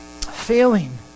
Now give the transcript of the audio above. Failing